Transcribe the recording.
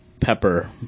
pepper